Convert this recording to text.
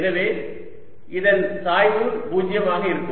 எனவே இதன் சாய்வு 0 ஆக இருக்கும்